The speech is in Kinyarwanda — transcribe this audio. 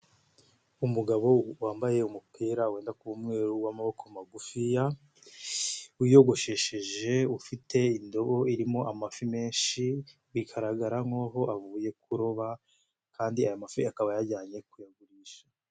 Umugabo wambaye umupira wenda kuba umweru w'amaboko magufiya, wiyogoshesheje ufite indobo irimo amafi menshi bigaragara nk'aho avuye kuroba kandi aya mafi akaba ayajyanye kuyagurisha.